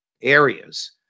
areas